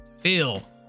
feel